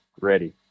ready